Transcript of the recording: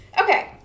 okay